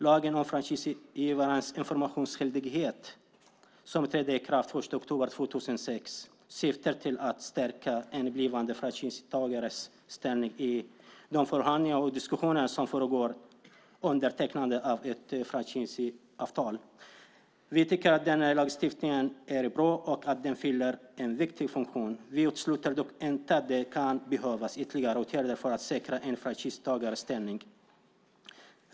Lagen om franchisegivares informationsskyldighet, som trädde i kraft den 1 oktober 2006, syftar till att stärka en blivande franchisetagares ställning i de förhandlingar och diskussioner som föregår undertecknandet av ett franchiseavtal. Vi tycker att den nya lagstiftningen är bra och att den fyller en viktig funktion. Vi utesluter dock inte att det kan behövas ytterligare åtgärder för att säkra en franchisetagares ställning.